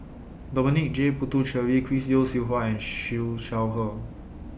Dominic J Puthucheary Chris Yeo Siew Hua and Siew Shaw Her